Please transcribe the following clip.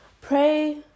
pray